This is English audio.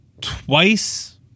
twice